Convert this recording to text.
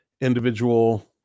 individual